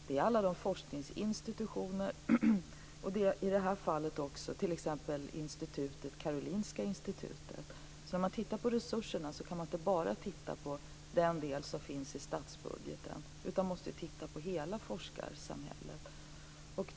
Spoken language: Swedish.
Det är alla de forskningsinstitutioner som finns, och i det fallet också t.ex. Karolinska institutet. När man tittar på resurserna kan man inte bara titta på den del som finns i statsbudgeten. Man måste titta på hela forskarsamhället.